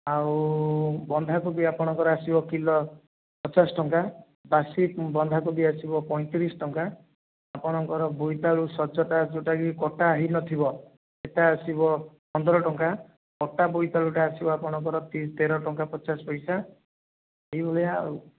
ଆଉ ବନ୍ଧାକୋବି ଆପଣଙ୍କର ଆସିବ କିଲୋ ପଚାଶ ଟଙ୍କା ବାସି ବନ୍ଧାକୋବି ଆସିବ ପଇଁତିରିଶ ଟଙ୍କା ଆପଣଙ୍କର ବୋଇତାଳୁ ସଜଟା ଯେଉଁଟାକି କଟା ହୋଇନଥିବ ସେଇଟା ଆସିବ ପନ୍ଦର ଟଙ୍କା କଟା ବୋଇତାଳୁଟା ଆସିବ ଆପଣଙ୍କର ତେର ଟଙ୍କା ପଚାଶ ପଇସା ଏହିଭଳିଆ ଆଉ